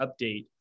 update